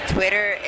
Twitter